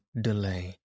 delay